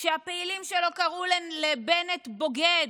כשהפעילים שלו קראו לבנט בוגד,